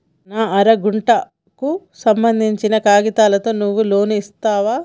నా అర గంటకు సంబందించిన కాగితాలతో నువ్వు లోన్ ఇస్తవా?